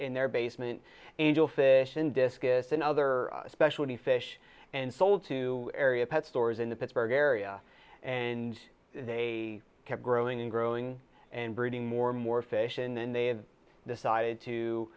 in their basement angelfish in discus and other specialty fish and sold to area pet stores in the pittsburgh area and they kept growing and growing and breeding more and more fish and then they decided to